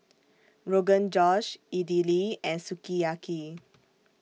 Rogan Josh Idili and Sukiyaki